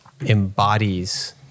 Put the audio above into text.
embodies